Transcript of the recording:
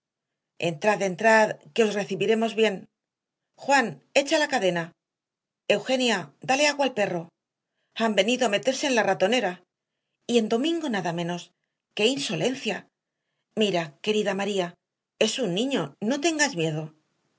ocasión entrad entrad que os recibiremos bien juan echa la cadena eugenia dale agua al perro han venido a meterse en la ratonera y en domingo nada menos qué insolencia mira querida maría es un niño no tengas miedo